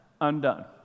undone